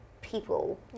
people